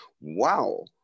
wow